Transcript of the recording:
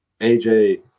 aj